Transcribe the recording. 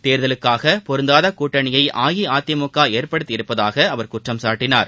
தேர்தலுக்காக பொருந்தாத கூட்டணியை அஇஅதிமுக ஏற்படுத்தி இருப்பதாக அவர் குற்றம் சாட்டினார்